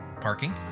Parking